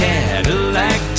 Cadillac